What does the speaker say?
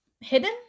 hidden